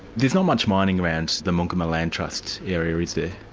there's not much mining around the mangkuma land trust area is there?